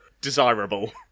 desirable